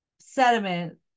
sediment